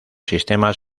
sistemas